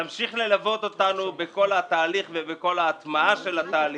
תמשיך ללוות אותנו בכל התהליך ובכל ההטמעה של התהליך,